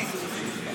אמיתית,